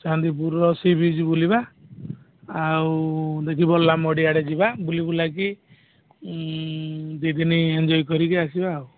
ଚାନ୍ଦିପୁରର sea beach ବୁଲିବା ଆଉ ଦେଖି ବଲାମଗଡ଼ି ଆଡ଼େ ଯିବା ବୁଲି ବୁଲାକି ଦୁଇ ଦିନ ଏନ୍ଜୟ କରିକି ଆସିବା ଆଉ